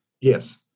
Yes